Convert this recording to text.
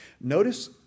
Notice